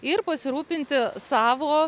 ir pasirūpinti savo